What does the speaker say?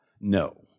no